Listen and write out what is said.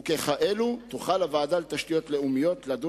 וככאלו תוכל הוועדה לתשתיות לאומיות לדון